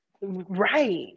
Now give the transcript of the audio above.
Right